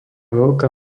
veľká